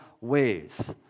ways